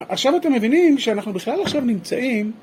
עכשיו אתם מבינים שאנחנו בכלל עכשיו נמצאים